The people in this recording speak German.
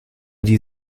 die